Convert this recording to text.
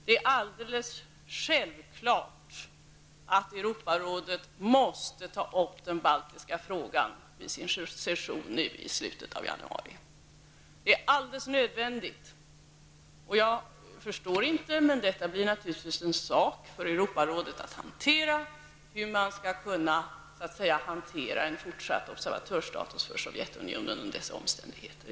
Det är alldeles självklart att Europarådet måste ta upp den baltiska frågan vid sin session nu i slutet av januari. Det är alldeles nödvändigt. Jag förstår inte, men det blir naturligtvis en sak för Europarådet att hantera, hur man skall kunna upprätthålla en fortsatt observatörsstatus för Sovjetunionen under dessa omständigheter.